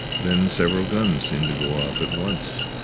then several guns seemed to go off at once.